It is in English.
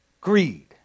greed